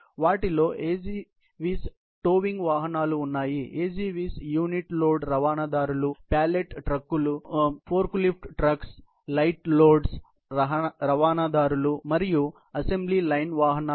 వాటిలో AGVS towing వాహనాలు ఉన్నాయి AGVS యూనిట్ లోడ్ రవాణాదారులు ప్యాలెట్ ట్రక్కులు ఫోర్క్లిఫ్ట్ ట్రక్కులు లైట్ లోడ్ రవాణాదారులు మరియు అసెంబ్లీ లైన్ వాహనాలు